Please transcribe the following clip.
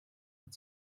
but